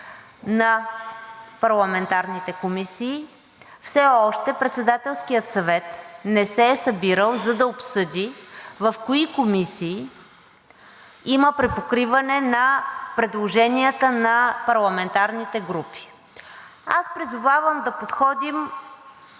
на парламентарните комисии, все още Председателският съвет не се е събирал, за да обсъди в кои комисии има припокриване на предложенията на парламентарните групи. Аз призовавам да подходим